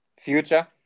future